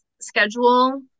schedule